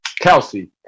Kelsey